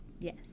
Yes